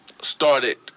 started